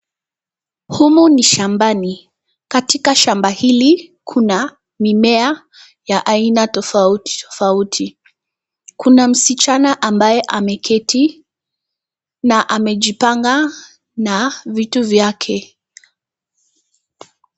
Humu ni shambani. Katika shamba hili kuna mimea ya aina tofauti tofauti. Kuna msichana ambaye ameketi na amejipanga na vitu vyake.